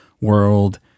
World